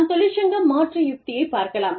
நாம் தொழிற்சங்க மாற்று யுக்தியை பார்க்கலாம்